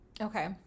Okay